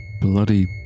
bloody